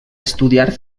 estudiar